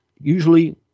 Usually